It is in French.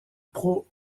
pro